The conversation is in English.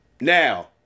Now